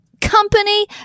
company